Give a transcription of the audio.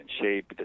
shape